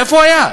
איפה הוא היה?